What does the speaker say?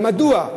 מדוע,